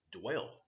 dwell